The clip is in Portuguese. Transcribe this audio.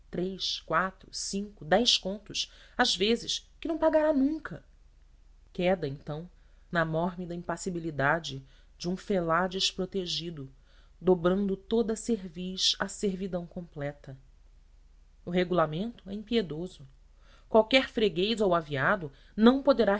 três quatro cinco dez contos às vezes que não pagará nunca queda então na mórbida impassibilidade de um felá desprotegido dobrando toda a cerviz à servidão completa o regulamento é impiedoso qualquer freguês ou aviado não poderá